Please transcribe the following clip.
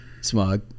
Smug